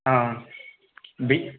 ஆ B